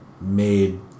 made